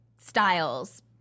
styles